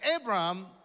Abraham